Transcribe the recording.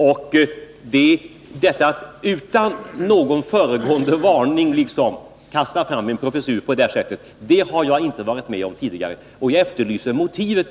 Att man utan föregående varning bara kastar fram förslag om en professur på det här sättet har jag inte varit med om tidigare, och jag efterlyser motivet.